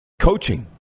coaching